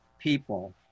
people